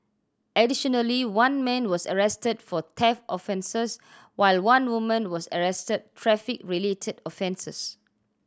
additionally one man was arrested for theft offences while one woman was arrested traffic related offences